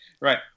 Right